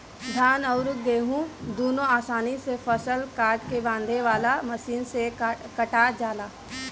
धान अउर गेंहू दुनों आसानी से फसल काट के बांधे वाला मशीन से कटा जाला